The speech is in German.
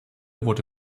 wurde